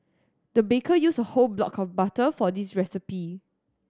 the baker used a whole block of butter for this recipe